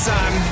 Sun